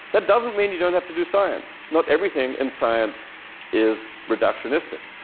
that doesn't mean you don't have to do science. not everything in science is reductionistic.